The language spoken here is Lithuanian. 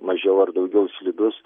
mažiau ar daugiau slidus